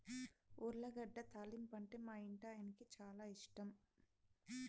ఉర్లగడ్డ తాలింపంటే మా ఇంటాయనకి చాలా ఇష్టం